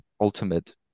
ultimate